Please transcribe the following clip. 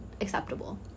acceptable